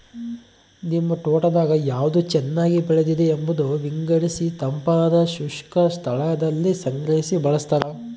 ನಿಮ್ ತೋಟದಾಗ ಯಾವ್ದು ಚೆನ್ನಾಗಿ ಬೆಳೆದಿದೆ ಎಂಬುದ ವಿಂಗಡಿಸಿತಂಪಾದ ಶುಷ್ಕ ಸ್ಥಳದಲ್ಲಿ ಸಂಗ್ರಹಿ ಬಳಸ್ತಾರ